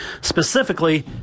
Specifically